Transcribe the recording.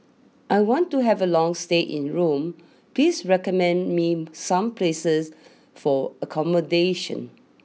I want to have a long stay in Rome please recommend me some places for accommodation